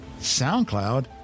SoundCloud